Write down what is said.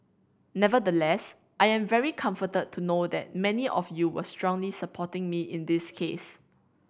nevertheless I am very comforted to know that many of you were strongly supporting me in this case